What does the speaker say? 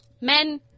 Men